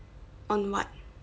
on what